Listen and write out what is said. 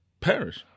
Paris